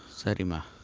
fathima.